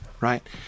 Right